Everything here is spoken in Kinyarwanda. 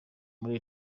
muri